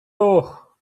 doch